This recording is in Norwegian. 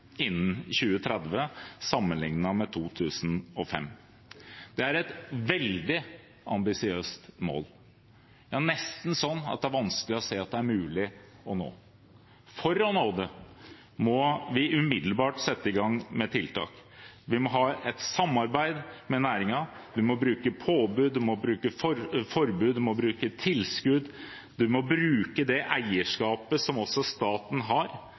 innen 2030, sammenlignet med 2005. Det er et veldig ambisiøst mål. Det er nesten sånn at det er vanskelig å se at det er mulig å nå. For å nå det må vi umiddelbart sette i gang med tiltak. Vi må ha et samarbeid med næringen, man må bruke påbud, man må bruke forbud, man må bruke tilskudd, man må bruke det eierskapet staten har,